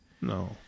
No